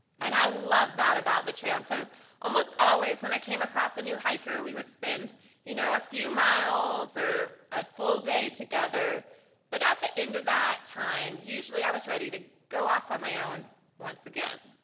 and i love that about the trail. and so almost always when i came across a new hiker we would spend you know a few miles or a full day together but at the end of that time usually i was ready to go off on my own once again.